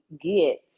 get